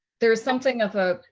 there is something of a